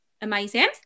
Amazing